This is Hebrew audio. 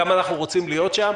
גם אנחנו רוצים להיות שם,